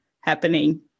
happening